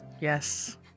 Yes